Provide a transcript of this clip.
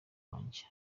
wanjye